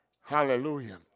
Hallelujah